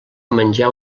menjar